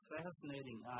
fascinating